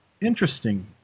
interesting